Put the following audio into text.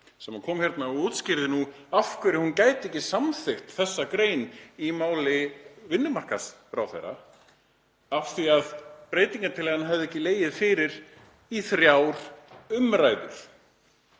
sem kom og útskýrði af hverju hún gæti ekki samþykkt þessa grein í máli vinnumarkaðsráðherra, af því að breytingartillagan hefði ekki legið fyrir í þrjár umræður,